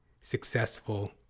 successful